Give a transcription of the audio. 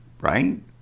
right